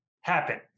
happen